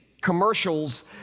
Commercials